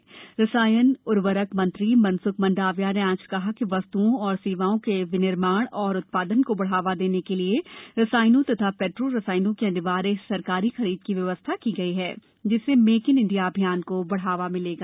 जहाजरानी और रसायन तथा उर्वरक मंत्री मनसुख मंडाविया ने आज कहा है कि वस्तुओं और सेवाओं के विनिर्माण तथा उत्पादन को बढ़ावा देने के लिए रसायनों और पैट्रो रसायनों की अनिवार्य सरकारी खरीद की व्यवस्था की गई है जिससे मेक इन इंडिया अभियान को बढ़ावा मिलेगा